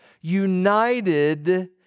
united